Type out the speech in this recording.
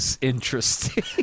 interesting